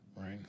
right